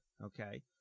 Okay